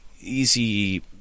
easy